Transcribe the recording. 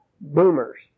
boomers